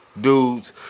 dudes